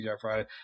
Friday